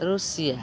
Russia